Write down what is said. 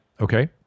Okay